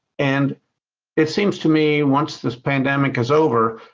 and it seems to me, once this pandemic is over,